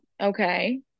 okay